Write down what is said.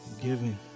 giving